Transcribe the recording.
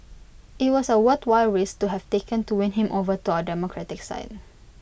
IT was A worthwhile risk to have taken to win him over to our democratic side